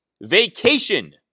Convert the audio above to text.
vacation